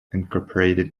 incorporated